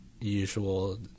usual